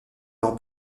leurs